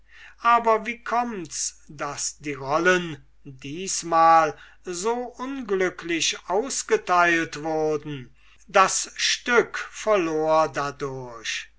aber wie kömmts daß die rollen diesmal so unglücklich ausgeteilt wurden das stück verlor dadurch